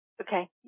Okay